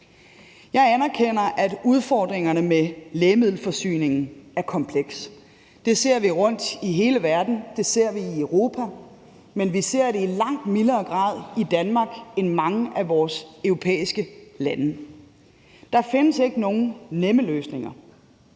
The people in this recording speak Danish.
Jeg anerkender, at udfordringerne med lægemiddelforsyningen er komplekse. Det ser vi rundt i hele verden, det ser vi i Europa, men vi ser det i langt mildere grad i Danmark end i mange af de andre europæiske lande. Der findes ikke nogen nemme løsninger.